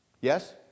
Yes